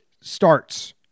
starts